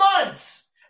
months